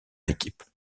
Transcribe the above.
équipes